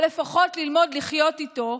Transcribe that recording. או לפחות ללמוד לחיות איתו,